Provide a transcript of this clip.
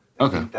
Okay